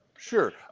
Sure